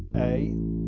a,